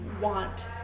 want